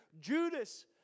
Judas